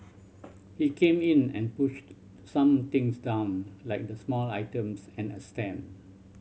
he came in and pushed some things down like the small items and a stand